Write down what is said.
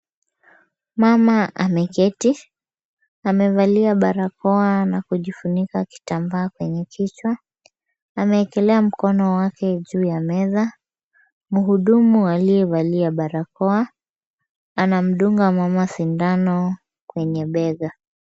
Mama ameketi. Amevalia barakoa na kujifunika kitambaa kwenye kichwa. Ameekelea mkono wake juu ya meza. Muhudumu aliyevalia barakoa, anamdunga mama sindano kwenye bega.